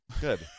Good